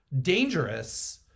dangerous